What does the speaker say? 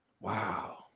Wow